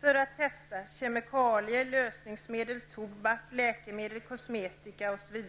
För att testa kemikalier, lösningsmedel, tobak, läkemedel, kosmetika osv.